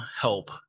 help